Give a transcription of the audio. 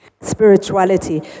spirituality